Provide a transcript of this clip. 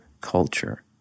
culture